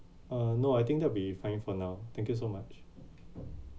uh no I think that'll be fine for now thank you so much